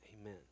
Amen